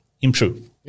improve